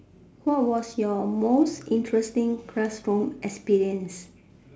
what was your most interesting classroom experience